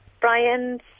Brian